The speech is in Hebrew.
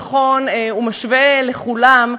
נכון ושווה לכולם,